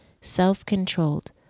self-controlled